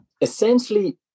essentially